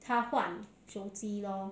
他换手机 lor